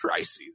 pricey